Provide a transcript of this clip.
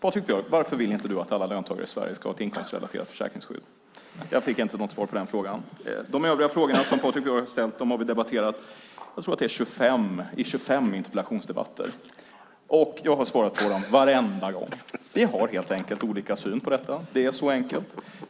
Herr talman! Varför vill inte Patrik Björck att alla löntagare i Sverige ska ha ett inkomstrelaterat försäkringsskydd? Jag fick inte något svar på den frågan. De övriga frågorna som Patrik Björck har ställt har vi debatterat i 25 interpellationsdebatter. Jag har svarat på dem varenda gång. Vi har helt enkelt olika syn på detta. Det är så enkelt.